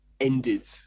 ended